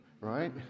right